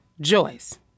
Joyce